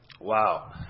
wow